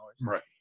Right